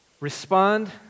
Respond